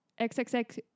XXX